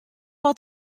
wat